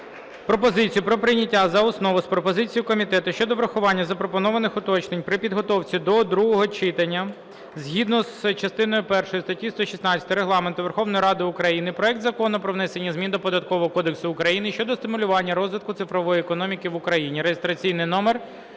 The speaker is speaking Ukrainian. пропозицію про прийняття за основу з пропозицією комітету щодо врахування запропонованих уточнень при підготовці до другого читання, згідно з частиною першою статті 116 Регламенту Верховної Ради України, проект Закону про внесення змін до Податкового кодексу України щодо стимулювання розвитку цифрової економіки в Україні (реєстраційний номер